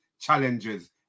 Challenges